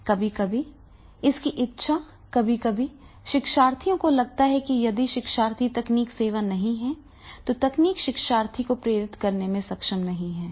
कभी कभी इसकी इच्छा कभी कभी शिक्षार्थियों को लगता है कि यदि शिक्षार्थी तकनीक सेवी नहीं है तो तकनीक शिक्षार्थी को प्रेरित करने में सक्षम नहीं है